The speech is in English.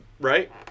Right